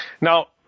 Now